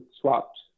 swapped